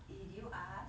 did you ask